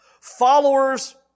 Followers